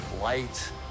light